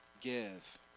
give